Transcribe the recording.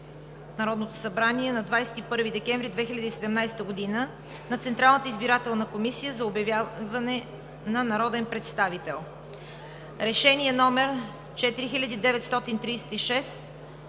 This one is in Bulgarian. Народното събрание от 21 декември 2017 г. на Централната избирателна комисия за обявяване на народен представител. „РЕШЕНИЕ № 4936